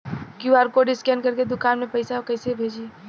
QR code scan करके दुकान में पैसा कइसे भेजी?